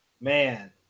man